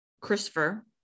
Christopher